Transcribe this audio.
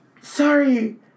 Sorry